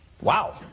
Wow